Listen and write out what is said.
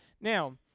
Now